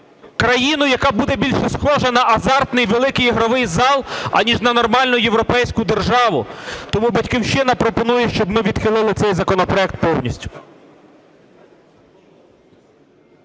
Країну, яка буде більше схожа на азартний ігровий зал аніж на нормальну європейську державу? Тому "Батьківщина" пропонує, щоб ми відхилили цей законопроект повністю.